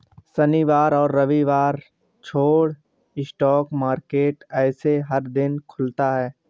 शनिवार और रविवार छोड़ स्टॉक मार्केट ऐसे हर दिन खुलता है